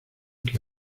que